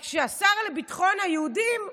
רק שהשר לביטחון היהודים שכח: